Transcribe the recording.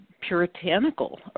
puritanical